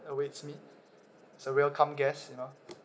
awaits me as a welcome guest you know